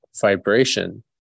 vibration